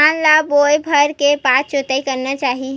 धान ल बोए बर के बार जोताई करना चाही?